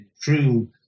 true